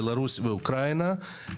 בלרוס ואוקראינה.